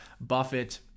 Buffett